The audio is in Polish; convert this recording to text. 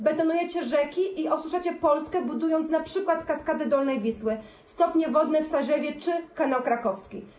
Betonujecie rzeki i osuszacie Polskę, budując np. Kaskadę Dolnej Wisły, stopnie wodne w Siarzewie czy Kanał Krakowski.